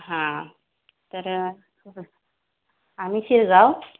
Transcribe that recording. हां तर आम्ही शिरगाव